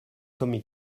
tommy